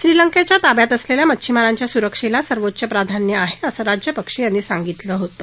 श्रीलंकेच्या ताब्यात असलेल्या मच्छीमारांच्या सुरक्षेला सर्वोच्च प्राधान्य आहे असं राजपक्षे यांनी सांगितलं होतं